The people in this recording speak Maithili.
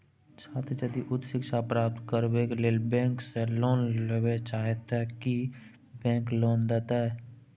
छात्र यदि उच्च शिक्षा प्राप्त करबैक लेल बैंक से लोन लेबे चाहे ते की बैंक लोन देतै?